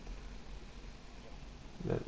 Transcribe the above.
ya